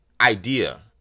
idea